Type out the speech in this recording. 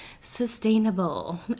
sustainable